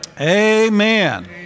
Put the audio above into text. Amen